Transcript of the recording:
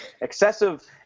excessive